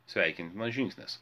sveikintinas žingsnis